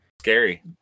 Scary